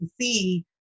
see